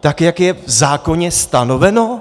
tak, jak je v zákoně stanoveno?